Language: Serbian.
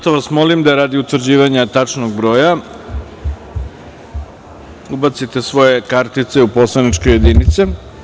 Molim vas da radi utvrđivanja tačnog broja, ubacite svoje kartice u poslaničke jedinice.